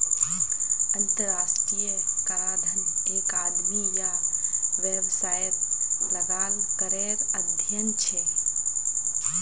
अंतर्राष्ट्रीय कराधन एक आदमी या वैवसायेत लगाल करेर अध्यन छे